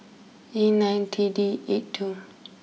E nine T D eight two